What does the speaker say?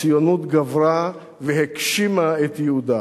הציונות גברה והגשימה את ייעודה.